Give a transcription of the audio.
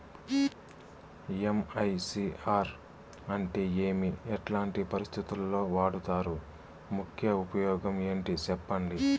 MICR అంటే ఏమి? ఎట్లాంటి పరిస్థితుల్లో వాడుతారు? ముఖ్య ఉపయోగం ఏంటి సెప్పండి?